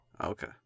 Okay